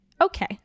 okay